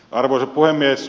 arvoisa puhemies